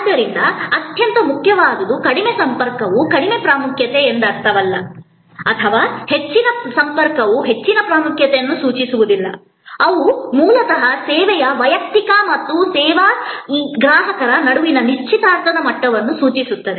ಆದ್ದರಿಂದ ಅತ್ಯಂತ ಮುಖ್ಯವಾದುದು ಕಡಿಮೆ ಸಂಪರ್ಕವು ಕಡಿಮೆ ಪ್ರಾಮುಖ್ಯತೆ ಎಂದರ್ಥವಲ್ಲ ಅಥವಾ ಹೆಚ್ಚಿನ ಸಂಪರ್ಕವು ಹೆಚ್ಚಿನ ಪ್ರಾಮುಖ್ಯತೆಯನ್ನು ಸೂಚಿಸುವುದಿಲ್ಲ ಅವು ಮೂಲತಃ ಸೇವೆಯ ವೈಯಕ್ತಿಕ ಮತ್ತು ಈ ಸೇವಾ ಗ್ರಾಹಕರ ನಡುವಿನ ನಿಶ್ಚಿತಾರ್ಥದ ಮಟ್ಟವನ್ನು ಸೂಚಿಸುತ್ತವೆ